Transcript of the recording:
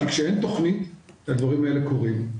כי כשאין תכנית הדברים האלה קורים.